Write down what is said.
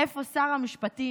איפה שר המשפטים,